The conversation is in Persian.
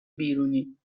بیرونیم